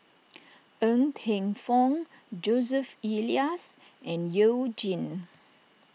Ng Teng Fong Joseph Elias and You Jin